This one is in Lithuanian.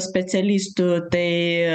specialistų tai